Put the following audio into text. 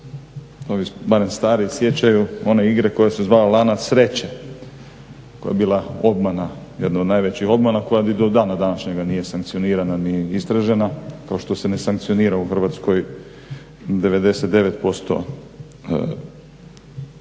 stari sjećaju one igre koja se zvala "Lanac sreće" koja je bila jedna od najvećih obmana koja ni do dana današnjeg nije sankcionirana ni istražena kao što se ne sankcionira u Hrvatskoj 99% kriminala.